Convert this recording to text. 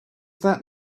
that